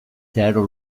zeharo